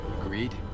Agreed